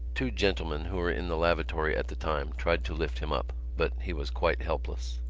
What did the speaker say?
two gentlemen who were in the lavatory at the time tried to lift him up but he was quite helpless.